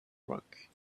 rock